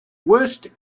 worst